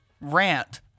rant